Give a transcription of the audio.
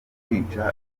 kwica